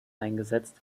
eingesetzt